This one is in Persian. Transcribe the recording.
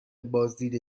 بازدید